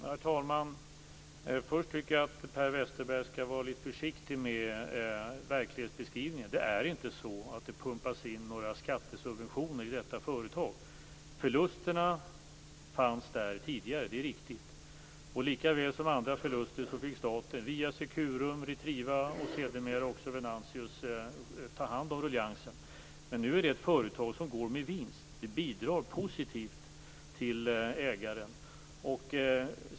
Herr talman! Först tycker jag att Per Westerberg skall vara litet försiktig med verklighetsbeskrivningen. Det är inte så att det pumpas in några skattesubventioner i detta företag. Förlusterna fanns där tidigare, det är riktigt. Likaväl som vid andra förluster fick staten via Securum, Retriva och sedermera också Venantius ta hand om ruljangsen. Men nu är det ett företag som går med vinst. Det bidrar positivt till ägaren.